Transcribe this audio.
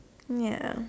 ya